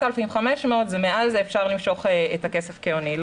ה-4,500, מעל זה אפשר למשוך את הכסף כהוני.